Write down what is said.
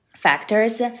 Factors